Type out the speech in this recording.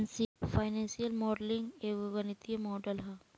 financial modelling एगो गणितीय model ह